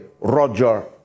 Roger